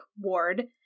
Ward